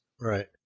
Right